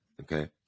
okay